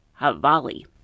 Havali